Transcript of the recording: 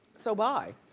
so bye.